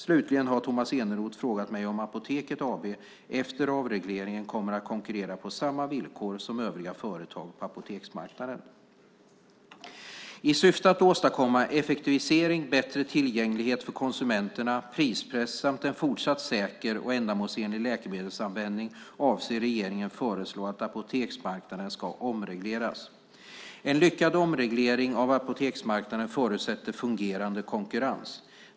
Slutligen har Tomas Eneroth frågat mig om Apoteket AB efter avregleringen kommer att konkurrera på samma villkor som övriga företag på apoteksmarknaden. I syfte att åstadkomma effektivisering, bättre tillgänglighet för konsumenterna, prispress samt en fortsatt säker och ändamålsenlig läkemedelsanvändning avser regeringen att föreslå att apoteksmarknaden ska omregleras. En lyckad omreglering av apoteksmarknaden förutsätter fungerande konkurrens.